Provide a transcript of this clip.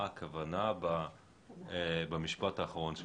מה הכוונה במשפט האחרון שלך: